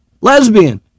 Lesbian